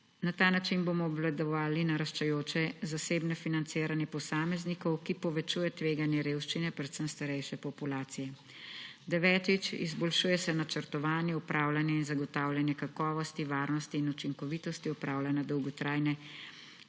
na ta način bomo obvladovali naraščajoče zasebno financiranje posameznikov, ki povečuje tveganje revščine predvsem starejše populacije. Devetič, izboljšuje se načrtovanje, upravljanje in zagotavljanje kakovosti, varnosti in učinkovitosti opravljanja dolgotrajne